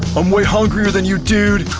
i'm way hungrier than you, dude!